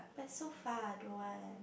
but it's so far I don't want